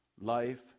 Life